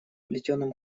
плетеном